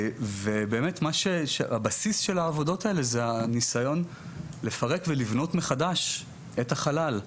ובאמת הבסיס של העבודות האלה זה ניסיון לפרק ולבנות מחדש את החלל,